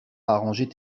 arranger